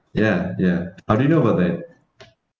ya ya how do you know about that